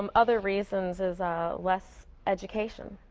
um other reasons is less education.